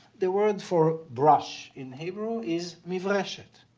the word for brush in hebrew is mivreshet.